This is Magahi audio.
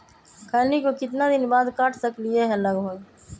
खैनी को कितना दिन बाद काट सकलिये है लगभग?